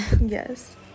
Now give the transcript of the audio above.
Yes